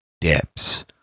depths